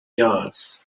yards